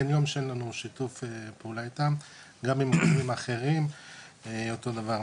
אין יום שאין לנו שיתוף פעולה איתם וגם עם גורמים אחרים אותו דבר.